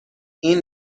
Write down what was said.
این